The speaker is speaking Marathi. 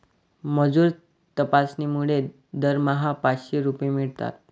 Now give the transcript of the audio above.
मजूर तपासणीमुळे दरमहा पाचशे रुपये मिळतात